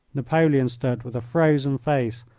napoleon stood with a frozen face,